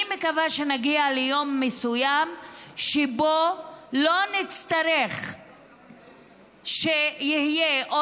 אני מקווה שנגיע ליום מסוים שבו לא נצטרך שתהיה או